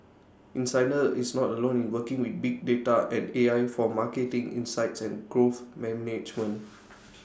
insider is not alone in working with big data and A I for marketing insights and growth management